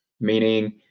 meaning